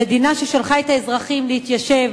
המדינה ששלחה את האזרחים להתיישב,